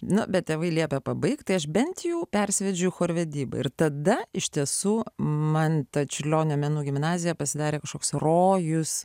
na bet tėvai liepia pabaigti tai aš bent jau persivedžiau chorvedybą ir tada iš tiesų man ta čiurlionio menų gimnazija pasidarė kažkoks rojus